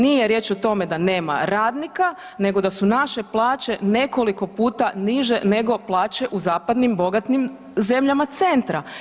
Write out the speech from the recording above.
Nije riječ o tome da nema radnika nego da su naše plaće nekoliko puta niže nego plaće u zapadnim bogatim zemljama centra.